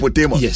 Yes